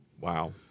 Wow